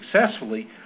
successfully